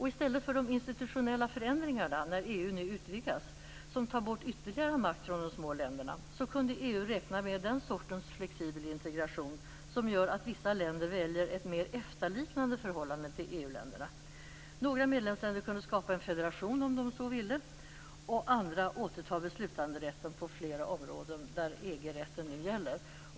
I stället för de institutionella förändringar som kommer till stånd när EU nu utvidgas, som tar bort ytterligare makt från de små länderna, kunde EU räkna med den sortens flexibel integration som gör att vissa länder väljer ett mer EFTA-liknande förhållande till EU-länderna. Några medlemsländer kunde, om de så ville, skapa en federation, och andra kunde återta beslutanderätten på flera områden där EG-rätten nu gäller.